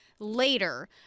Later